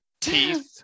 teeth